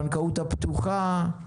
הבנקאות הפתוחה,